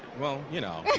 well, you know.